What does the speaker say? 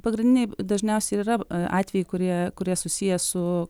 pagrindiniai dažniausiai ir yra atvejai kurie kurie susiję su